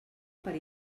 per